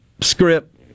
script